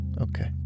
Okay